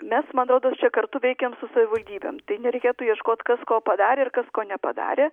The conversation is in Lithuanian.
mes man rodos čia kartu veikiam su savivaldybėm tai nereikėtų ieškoti kas ko padarė ir kas ko nepadarė